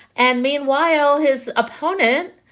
and meanwhile, his opponent,